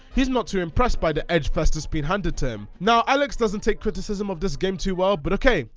he's not too impressed by the edge-fest that's been handed to him. now he like doesn't take criticism of this game too well, but okay,